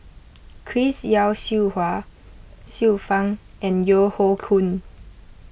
Chris Yeo Siew Hua Xiu Fang and Yeo Hoe Koon